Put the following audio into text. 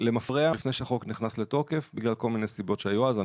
למפרע עוד לפני שהחוק נכנס לתוקף בגלל כל מיני סיבות שהיו אז,